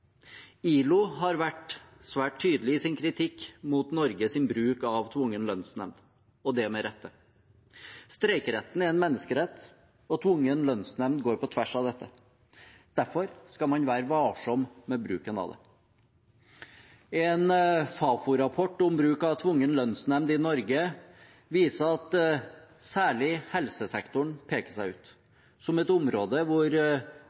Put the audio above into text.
ILO har vært svært tydelig i sin kritikk av Norges bruk av tvungen lønnsnemnd, og det med rette. Streikeretten er en menneskerett, og tvungen lønnsnemnd går på tvers av dette. Derfor skal man være varsom med bruken av det. En Fafo-rapport om bruk av tvungen lønnsnemnd i Norge viser at særlig helsesektoren peker seg ut som et område hvor